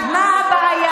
רק מה הבעיה?